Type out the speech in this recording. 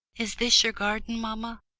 is this your garden, mamma,